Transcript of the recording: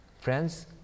friends